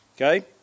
okay